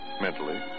mentally